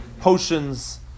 potions